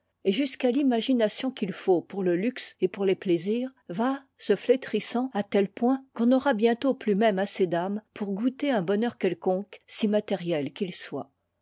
et jusqu'à l'imagination qu'il faut pour te luxe et pour tes plaisirs va se flétrissant à tel point qu'on n'aura bientôt plus même assez d'âme pour goûter un bonheur quelconque si matériel qu'il soit